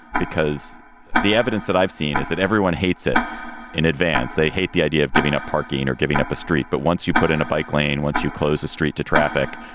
because the evidence that i've seen is that everyone hates it in advance. they hate the idea of giving up parking or giving up a street. but once you put in a bike lane, once you close a street to traffic,